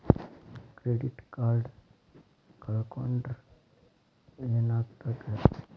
Credit card ಕಳ್ಕೊಂಡ್ರ್ ಏನಾಗ್ತದ?